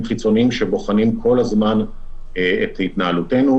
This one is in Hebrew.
חיצוניים שבוחנים כל הזמן את התנהלותנו,